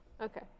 okay